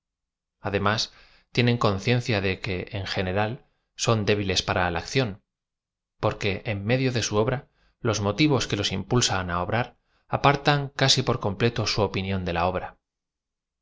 además tienen concien cia de que en general son débiles para la acción porque enmedio de au obra los motivos que los im pulsan á obrar apartan casi por completo su opinión de la obra